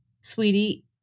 Sweetie